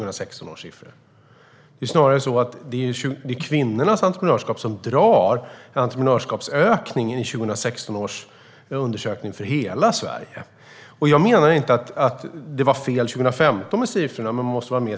Det är snarare kvinnors entreprenörskap som drar entreprenörskapsökningen i 2016 års undersökning för hela Sverige. Jag menar inte att siffrorna var fel 2015, men man måste ha med sig 2016 också.